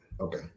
Okay